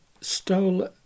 stole